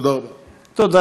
תודה רבה.